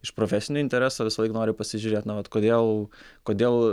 iš profesinio intereso visą laik nori pasižiūrėt na vat kodėl kodėl